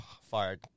fired